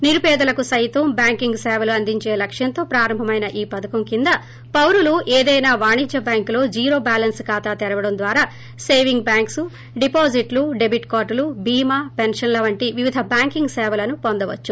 నిరుపేదలకు సైతం ట్యాంకింగ్ సేవలు అందించే లక్ష్యంతో ప్రారంభమైన ఈ పధకం కింద పౌరులు ఏదైనా వాణిజ్య బ్యాంకులో జీరో బ్యాలెన్స్ ఖాతా తెరవడం ద్వారా సేవింగ్స్ బ్యాంక్ డిపాజిట్లు డెబిట్ కార్డులు బీమా పెన్షన్ల వంటి వివిధ బ్యాంకింగ్ సేవలను పొందవచ్చు